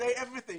אני אשלים את החסר.